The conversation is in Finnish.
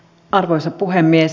arvoisa puhemies